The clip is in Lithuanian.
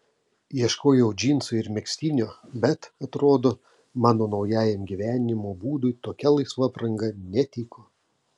ieškojau džinsų ir megztinio bet atrodo mano naujajam gyvenimo būdui tokia laisva apranga netiko